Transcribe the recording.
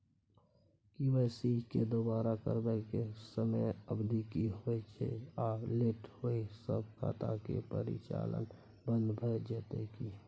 KYC दोबारा करबै के समयावधि की होय छै आ लेट होय स खाता के परिचालन बन्द भ जेतै की?